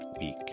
week